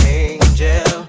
angel